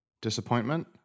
disappointment